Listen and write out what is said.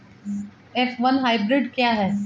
F one hybrid क्या है?